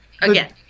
again